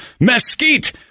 mesquite